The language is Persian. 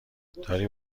داری